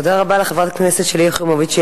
תודה רבה לחברת הכנסת שלי יחימוביץ.